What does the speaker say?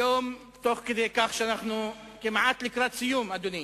היום, כמעט לקראת סיום, אדוני,